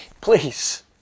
please